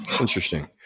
Interesting